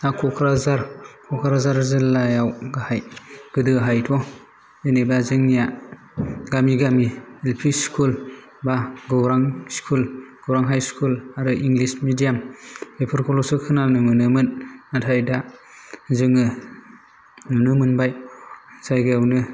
क'क्राझार क'क्राझार जिल्लायाव गाहाइ गोदोहायथ' जेनेबा जोंनिया गामि गामि एल पि स्कुल बा गौरां स्कुल गौरां हाइ स्कुल आरो इंलिस मेडियाम बेफोरखौल'सो खोनानो मोनोमोन नाथाय दा जोङो नुनो मोनबाय जायगायावनो